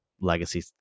legacy